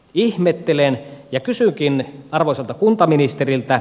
ihmettelen ja kysynkin arvoisalta kuntaministeriltä